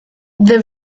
the